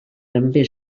també